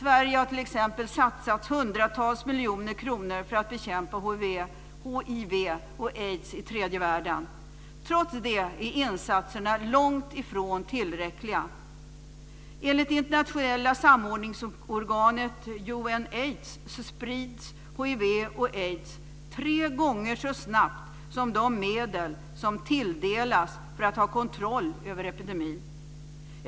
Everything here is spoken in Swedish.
Sverige har t.ex. satsat hundratals miljoner kronor för att bekämpa hiv och aids i tredje världen. Trots det är insatserna långt ifrån tillräckliga. UNAIDS sprids hiv och aids tre gånger så snabbt som de medel som tilldelas för att få kontroll över epidemin.